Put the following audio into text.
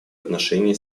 отношении